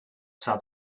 staat